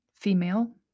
Female